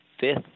fifth